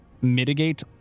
mitigate